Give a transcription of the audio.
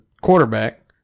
quarterback